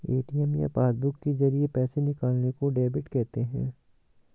ATM या passbook के जरिये पैसे निकालने को डेबिट कहते हैं